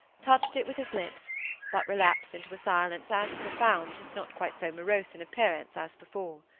touched it with his lips but relapsed into a silence as profound, if not quite so morose in appearance, as before.